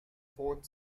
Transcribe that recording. fourth